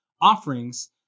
offerings